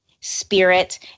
spirit